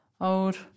Old